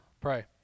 Pray